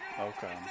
Okay